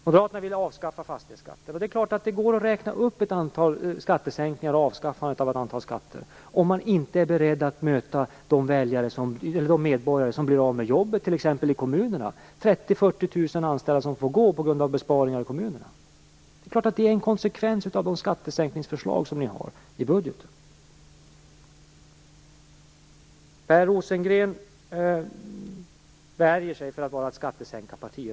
Moderaterna vill avskaffa fastighetsskatten, och det är klart att det går att räkna upp ett antal skattesänkningar och avskaffandet av ett antal skatter om man inte är beredd att möta de medborgare som blir av med jobben, t.ex. i kommunerna. Det skulle bli 30 000-40 000 anställda som skulle få gå på grund av besparingar i kommunerna. Det är en konsekvens av de skattesänkningsförslag som ni har i budgeten. Per Rosengren värjer sig för att vara ett skattesänkarparti.